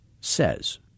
says